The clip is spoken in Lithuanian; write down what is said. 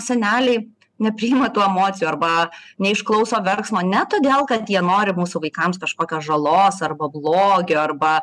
seneliai nepriima tų emocijų arba neišklauso verksmo ne todėl kad jie nori mūsų vaikams kažkokios žalos arba blogio arba